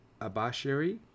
Abashiri